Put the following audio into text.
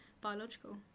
biological